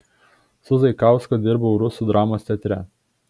su zaikausku dirbau rusų dramos teatre